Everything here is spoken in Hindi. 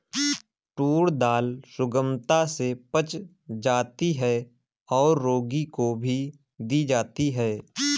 टूर दाल सुगमता से पच जाती है और रोगी को भी दी जाती है